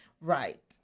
right